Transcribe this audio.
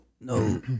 no